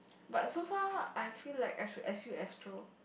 but so far I feel like I should assume Astro